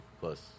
plus